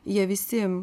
jie visi